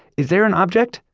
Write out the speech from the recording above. is there an object?